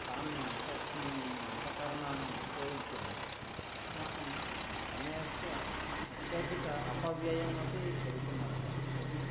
तान् उप उपकरणानि उपयुज्य अस्माकं समयस्य अत्यधिकम् अपव्ययम् अपि भवितुमर्हति यदि